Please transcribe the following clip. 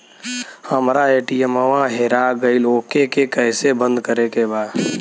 हमरा ए.टी.एम वा हेरा गइल ओ के के कैसे बंद करे के बा?